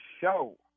show